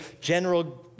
General